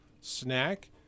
snack